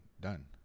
done